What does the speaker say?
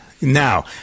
Now